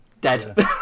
dead